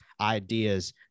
ideas